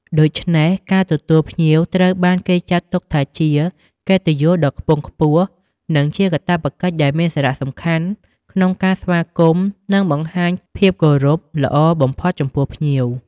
ដូច្នេះ ការទទួលភ្ញៀវត្រូវបានគេចាត់ទុកថាជាកិត្តិយសដ៏ខ្ពង់ខ្ពស់ និងជាកាតព្វកិច្ចដែលមានសារៈសំខាន់ក្នុងការស្វាគមន៍ និងបង្ហាញភាពគោរពល្អបំផុតចំពោះភ្ញៀវ។